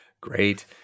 great